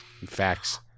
Facts